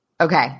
okay